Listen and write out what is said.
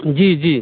जी जी